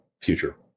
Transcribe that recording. future